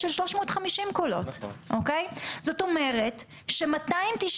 אני רוצה לשמוע את הנתונים המדויקים.